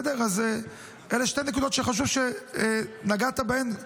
אז אלה שתי נקודות שחשוב שנגעת בהן,